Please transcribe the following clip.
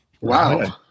Wow